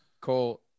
cole